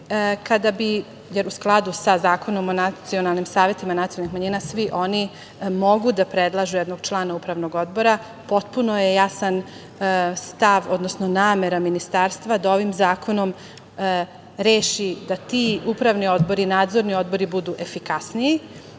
i romsku. U skladu sa Zakonom o nacionalnim savetima nacionalnih manjina, svi oni mogu da predlažu jednog člana upravnog odbora, potpuno je jasan stav, odnosno namera Ministarstva da ovim zakonom reši da ti upravni odbori, nadzorni odbori, budu efikasniji. Samim